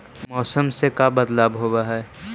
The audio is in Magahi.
मौसम से का बदलाव होता है?